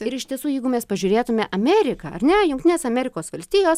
ir iš tiesų jeigu mes pažiūrėtume amerika ar ne jungtinės amerikos valstijos